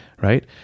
Right